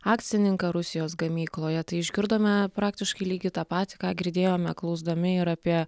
akcininką rusijos gamykloje tai išgirdome praktiškai lygiai tą patį ką girdėjome klausdami ir apie